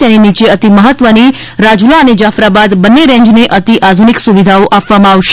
તેની નીચે અતિ મહત્વની રાજુલા અને જાફરાબાદ બંને રેન્જને અનેક આધુનિક સુવિધાઓ આપવામાં આવશે